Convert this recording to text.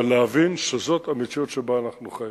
אבל להבין שזאת המציאות שבה אנחנו חיים.